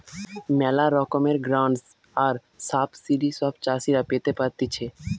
ম্যালা রকমের গ্রান্টস আর সাবসিডি সব চাষীরা পেতে পারতিছে